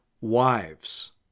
wives